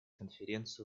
конференцию